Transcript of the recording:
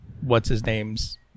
what's-his-name's